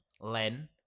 Len